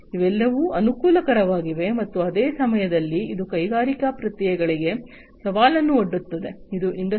ಇವೆಲ್ಲವೂ ಅನುಕೂಲಕರವಾಗಿವೆ ಆದರೆ ಅದೇ ಸಮಯದಲ್ಲಿ ಇದು ಕೈಗಾರಿಕಾ ಪ್ರಕ್ರಿಯೆಗಳಿಗೆ ಸವಾಲುಗಳನ್ನು ಒಡ್ಡುತ್ತದೆ ಅದು ಇಂಡಸ್ಟ್ರಿ 4